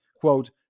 quote